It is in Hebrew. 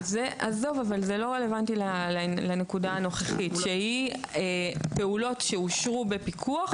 אבל זה לא רלוונטי לנקודה הנוכחית שהיא פעולות שאושרו בפיקוח,